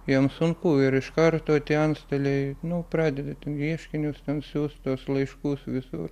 jam sunku ir iš karto tie antstoliai nu pradeda ten ieškinius ten siųst tuos laiškus visur